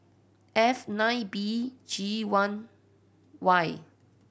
F nine B G one Y